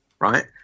right